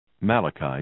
Malachi